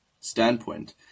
standpoint